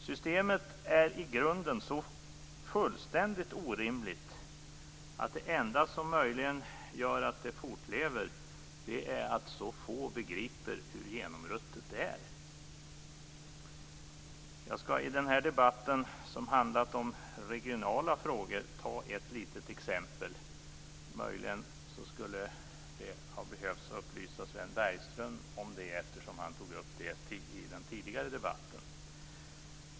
Systemet är så i grunden fullständigt orimligt att det enda som möjligen gör att det fortlever är att så få begriper hur genomruttet det är. Jag skall i den här debatten, som handlat om regionala frågor, ta ett litet exempel. Möjligen skulle Sven Bergström ha behövt upplysas om detta då han tog upp det tidigare i debatten.